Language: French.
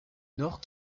nord